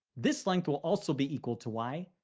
this length will also be equal to y,